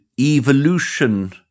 evolution